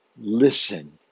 listen